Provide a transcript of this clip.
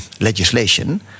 legislation